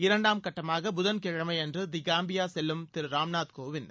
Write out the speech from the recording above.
இரண்டாம் கட்டமாக புதன்கிழமையன்று தி காம்பியா செல்லும் திரு ராம் நாத் கோவிந்த்